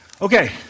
Okay